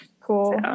Cool